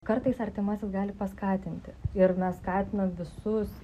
kartais artimasis gali paskatinti ir mes skatinam visus